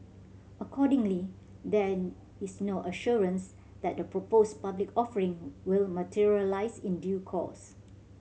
accordingly there is no assurance that the proposed public offering will materialise in due course